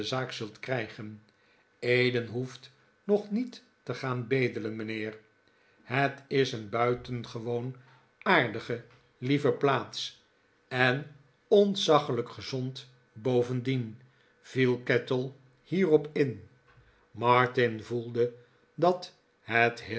zult krijgen eden hoeft nog niet te gaan bedelen mijnheer het is een buitengewoon aardige lieve plaats en ontzaglijk gezond bovendien viel kettle hierop in martin voelde dat het